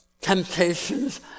Temptations